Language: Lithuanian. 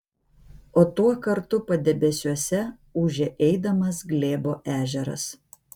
o tuo kartu padebesiuose ūžė eidamas glėbo ežeras